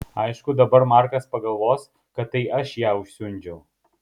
aišku dabar markas pagalvos kad tai aš ją užsiundžiau